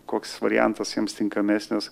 koks variantas joms tinkamesnis